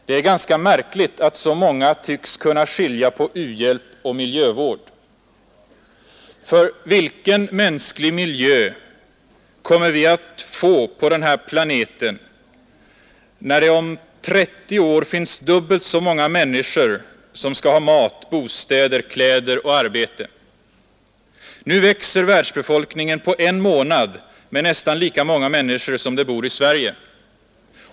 Det är ganska märkligt att så många tycks kunna skilja på u-hjälp och miljövård. Vilken mänsklig miljö kommer vi egentligen att få på den här planeten när det om 30 år finns dubbelt så många människor som skall ha mat, bostäder, kläder och arbete? Nu växer världsbefolkningen på en månad med nästan lika många människor som det bor i Sverige.